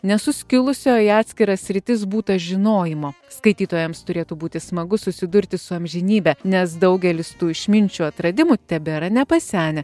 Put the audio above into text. nesuskilusio į atskiras sritis būta žinojimo skaitytojams turėtų būti smagu susidurti su amžinybe nes daugelis tų išminčių atradimų tebėra nepasenę